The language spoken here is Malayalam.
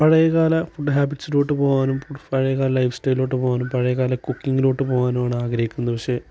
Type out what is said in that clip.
പഴയകാല ഫുഡ് ഹാബിറ്റ്സിലോട്ട് പോകാനും പഴയകാല ലൈഫ് സ്റ്റൈലിലോട്ട് പോകാനും പഴയകാല കുക്കിങ്ങിലോട്ട് പോകാനുമാണ് ആഗ്രഹിക്കുന്നത് പക്ഷെ